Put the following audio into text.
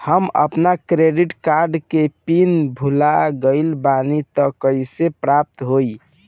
हम आपन credit card के पिन भुला गइल बानी त कइसे प्राप्त होई?